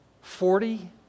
Forty